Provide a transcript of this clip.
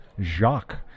Jacques